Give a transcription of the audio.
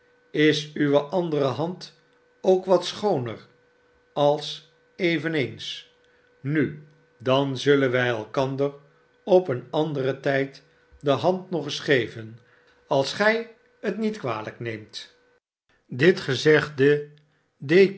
sis uwe andere hand ook wat schooner al eveneens nu dan zullen wij elkander op een anderen tijd de hand nog eensgeven als gij het niet kwalijk neemt dit gezegde